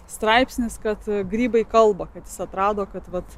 straipsnis kad grybai kalba kad jis atrado kad